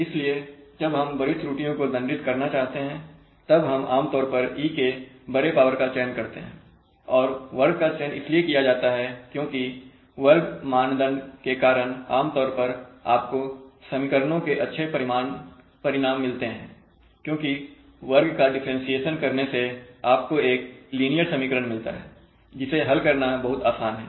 इसलिए जब हम बड़ी त्रुटियों को दंडित करना चाहते हैं तब हम आमतौर पर E के बरे पावर का चयन करते हैं और वर्ग का चयन इसलिए किया जाता है क्योंकि वर्ग मानदंड के कारण आमतौर पर आपको समीकरणों के अच्छे परिणाम मिलते हैं क्योंकि वर्ग का डिफरेंशिएशन करने से आपको एक लीनियर समीकरण मिलता है जिसे हल करना बहुत आसान है